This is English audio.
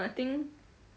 I think